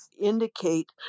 indicate